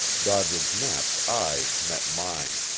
doddridge knapp's eyes met mine.